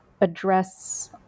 address